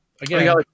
again